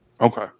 okay